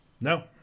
No